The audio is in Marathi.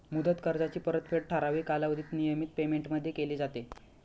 मुदत कर्जाची परतफेड ठराविक कालावधीत नियमित पेमेंटमध्ये केली जाते